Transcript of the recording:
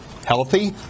Healthy